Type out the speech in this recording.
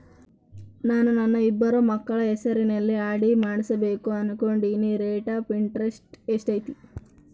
ನಾನು ನನ್ನ ಇಬ್ಬರು ಮಕ್ಕಳ ಹೆಸರಲ್ಲಿ ಆರ್.ಡಿ ಮಾಡಿಸಬೇಕು ಅನುಕೊಂಡಿನಿ ರೇಟ್ ಆಫ್ ಇಂಟರೆಸ್ಟ್ ಎಷ್ಟೈತಿ?